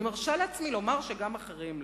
אני מרשה לעצמי לומר שגם אחרים לא.